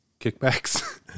kickbacks